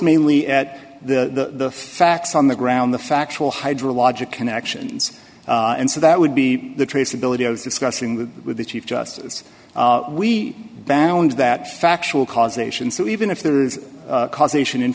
mainly at the facts on the ground the factual hydrologic connections and so that would be the traceability i was discussing with the chief justice we found that factual causation so even if there is causation in